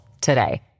today